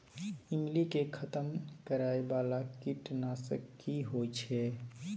ईमली के खतम करैय बाला कीट नासक की होय छै?